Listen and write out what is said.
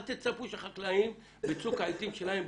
אל תצפו שהחקלאים בצוק העתים שלהם ,